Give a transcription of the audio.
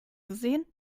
gesehen